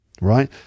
right